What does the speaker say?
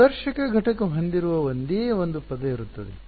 ಸ್ಪರ್ಶಕ ಘಟಕ ಹೊಂದಿರುವ ವಂದೇ ವಂದು ಪದ ಇರುತ್ತದೆ